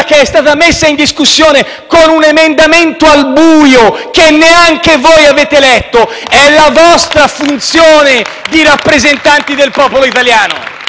che è stata messa in discussione, con un emendamento al buio, che neanche voi avete letto, è la vostra funzione di rappresentanti del popolo italiano.